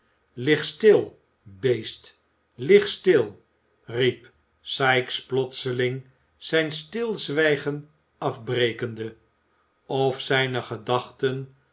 stil beest lig stil riep sikes plotseling zijn stilzwijgen afbrekende of zijne gedachten